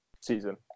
season